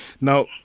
Now